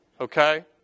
Okay